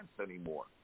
anymore